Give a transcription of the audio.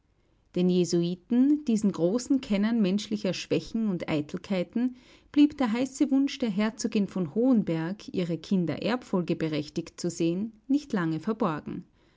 den jesuiten diesen großen kennern menschlicher schwächen und eitelkeiten blieb der heiße wunsch der herzogin von hohenberg ihre kinder erbfolgeberechtigt zu sehen nicht lange verborgen